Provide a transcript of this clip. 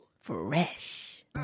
Fresh